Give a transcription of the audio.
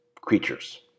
creatures